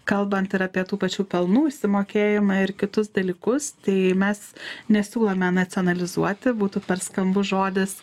kalbant ir apie tų pačių pelnų išsimokėjimą ir kitus dalykus tai mes nesiūlome nacionalizuoti būtų per skambus žodis